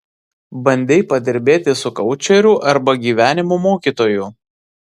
bandei padirbėti su koučeriu arba gyvenimo mokytoju